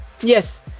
yes